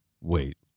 Wait